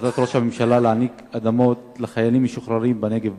החלטת ראש הממשלה להעניק אדמות לחיילים משוחררים בנגב ובגליל: